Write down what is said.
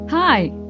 Hi